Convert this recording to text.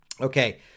Okay